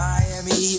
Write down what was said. Miami